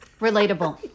Relatable